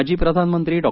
माजी प्रधानमंत्री डॉ